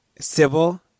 Civil